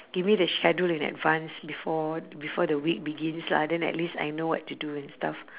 give me the schedule in advance before before the week begins lah then at least I know what to do and stuff